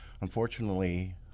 Unfortunately